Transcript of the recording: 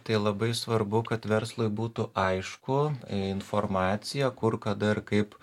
tai labai svarbu kad verslui būtų aišku informacija kur kada ir kaip